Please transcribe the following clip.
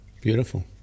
Beautiful